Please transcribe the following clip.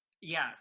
Yes